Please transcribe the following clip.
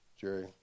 Jerry